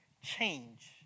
Change